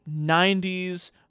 90s